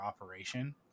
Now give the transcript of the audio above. operation